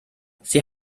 sie